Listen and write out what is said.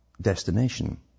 destination